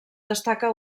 destaca